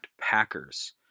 Packers